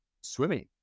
swimming